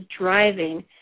driving